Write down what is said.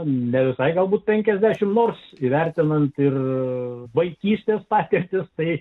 neretai galbūt penkiasdešimt nors įvertinant ir vaikystės patirtis tai